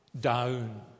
down